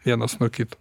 vienas nuo kito